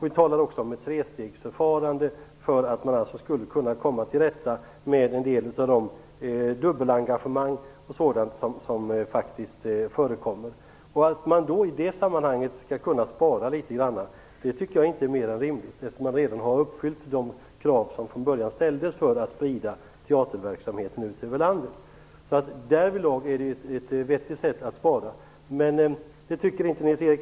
Vi talade också om ett trestegsförfarande för att man skulle kunna komma till rätta med en del av de dubbelengagemang som faktiskt förekommer. Att man i det sammanhanget skall kunna spara litet grand tycker jag inte är mer än rimligt, eftersom man redan har uppfyllt de krav som från början ställdes för att sprida teaterverksamheten ut över landet. Därvidlag är det ett vettigt sätt att spara. Men det tycker inte Nils-Erik Söderqvist.